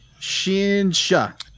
Shinsha